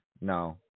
no